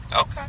Okay